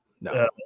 No